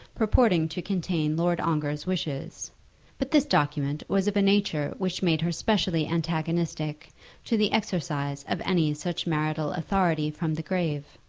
purporting to contain lord ongar's wishes but this document was of a nature which made her specially antagonistic to the exercise of any such marital authority from the grave.